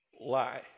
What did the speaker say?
lie